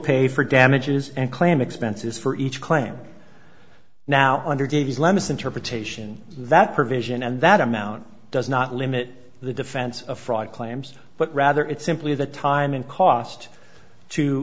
pay for damages and claim expenses for each claim now under dave's limits interpretation that provision and that amount does not limit the defense of fraud claims but rather it's simply the time and cost to